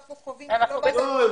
אנחנו קובעים רק לגבי